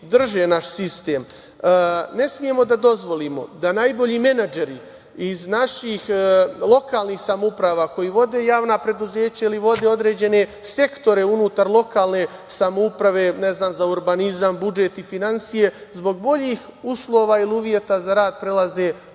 drže naš sistem. Ne smemo da dozvolimo da najbolji menadžeri iz naših lokalnih samouprava, koji vode javna preduzeća ili vode određene sektore unutar lokalne samouprave, ne znam, za urbanizam, budžet i finansije, zbog boljih uslova za rad prelaze u